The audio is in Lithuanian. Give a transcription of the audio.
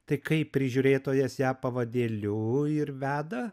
tai kaip prižiūrėtojas ją pavadėliu ir veda